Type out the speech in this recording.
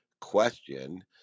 question